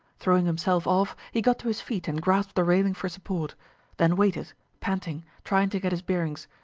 throwing himself off, he got to his feet and grasped the railing for support then waited, panting, trying to get his bearings.